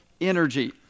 energy